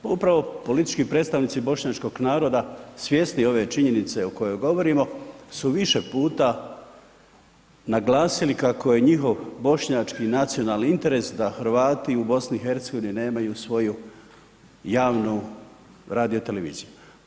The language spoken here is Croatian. Pa upravo politički predstavnici bošnjačkog naroda svjesni ove činjenice o kojoj govorimo, su više puta naglasili kako je njihov bošnjački nacionalni interes da Hrvati u BiH nemaju svoju javnu radio televiziju.